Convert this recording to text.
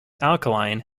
alkaline